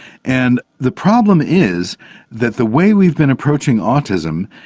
and the problem is that the way we've been approaching autism,